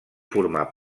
formar